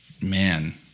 man